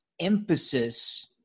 emphasis